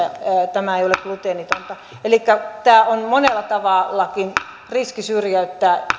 tämä ei ole gluteenitonta eli tämä on monellakin tavalla riski syrjäyttää